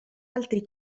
altri